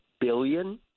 billion